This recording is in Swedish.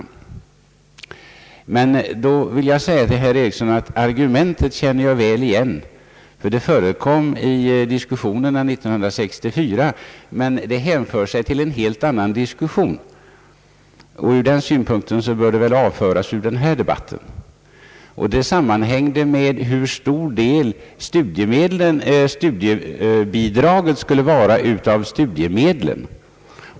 Till herr Eriksson vill jag säga att jag väl känner igen argumentet. Det förekom i diskussionerna år 1964, men det hänför sig till en helt annan diskussion. Från den synpunkten kan det väl avföras ur denna debatt. Det sammanhängde med hur stor del studiebidraget skulle vara av studiemedlen.